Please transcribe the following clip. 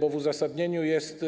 Bo w uzasadnieniu jest